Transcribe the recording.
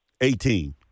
Eighteen